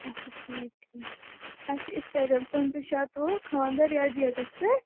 اَچھا ٹھیٖک ٹھیٖک اَسہِ چھِ یِتھٕ پٲٹھۍ پٍنٛژٕہ شتوُہ خانٛدر یَتھ ڈیٹٕس پیٚٹھ